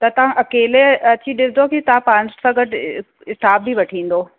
त तव्हां अकेले अची ॾिसंदो की तव्हां पाण सां गॾु स्टाफ बि वठी ईंदो